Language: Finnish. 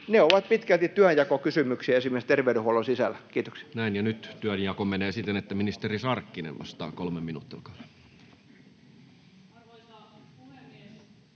ne ovat pitkälti työnjakokysymyksiä esimerkiksi terveydenhuollon sisällä. — Kiitoksia. Näin. — Ja nyt työnjako menee siten, että ministeri Sarkkinen vastaa. Kolme minuuttia,